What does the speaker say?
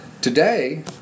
Today